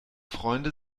freunde